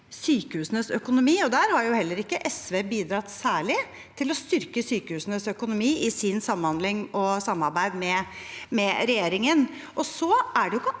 heller ikke SV bidratt særlig til å styrke sykehusenes økonomi i sin samhandling og sitt samarbeid med regjeringen.